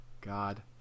God